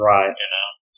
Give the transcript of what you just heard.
Right